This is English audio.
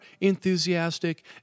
enthusiastic